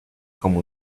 como